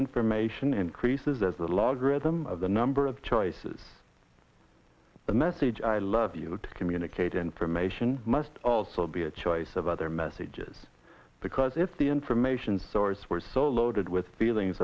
information increases as the log rhythm of the number of choices the message i love you to communicate information must also be a choice of other messages because if the information source was so loaded with feelings